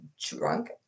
drunk